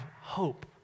hope